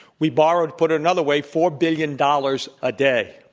we borrow put it another way four billion dollars a day.